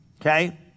Okay